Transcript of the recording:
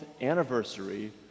anniversary